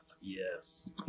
Yes